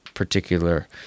Particular